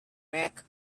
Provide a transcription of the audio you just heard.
mac